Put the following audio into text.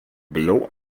blå